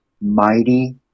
mighty